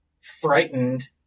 frightened